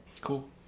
Cool